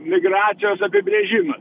migracijos apibrėžimas